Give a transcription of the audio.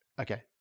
Okay